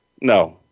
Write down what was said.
no